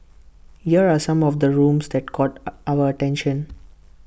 here are some of the rooms that caught our attention